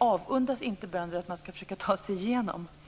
avundas inte bönderna när de skall försöka ta sig igenom regelverket inte bara för miljöstödet utan även för kulturmiljöstödet.